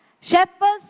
Shepherds